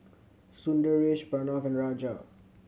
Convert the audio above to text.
Sundaresh Pranav and Raja